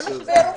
בסדר.